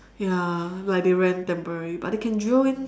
ya like they rent temporary but they can drill in